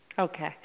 Okay